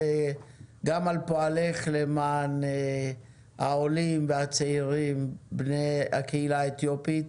גם על פועלך למען העולים והצעירים בני הקהילה האתיופית.